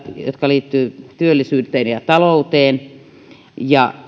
jotka liittyvät työllisyyteen ja talouteen ja